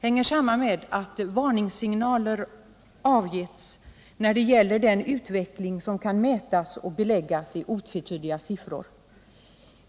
hänger samman med att varningssignaler avgivits när det gäller den utveckling som kan mätas och beläggas i otvetydiga siffror.